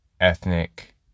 ethnic